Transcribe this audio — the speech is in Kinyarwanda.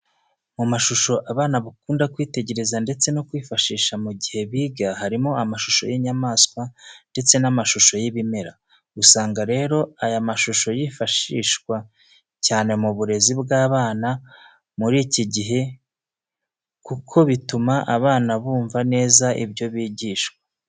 Mu mashusho abana bakunda kwitegereza ndetse no kwifashisha mu gihe biga harimo amashusho y'inyamaswa ndetse n'amashusho y'ibimera. Usanga rero aya mashusho yifashishwa cyane mu burezi bw'abana muri iki gihe kuko bituma abana bumva neza ibyo bigishwa.